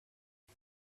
jag